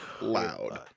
loud